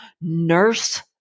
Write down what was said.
nurse